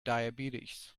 diabetes